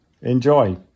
enjoy